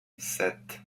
sept